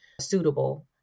suitable